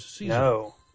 No